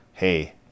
hey